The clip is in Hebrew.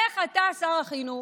איך אתה, שר החינוך,